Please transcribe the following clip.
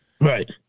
Right